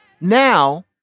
now